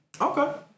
Okay